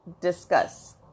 discuss